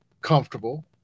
comfortable